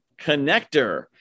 connector